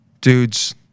dudes